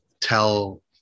tell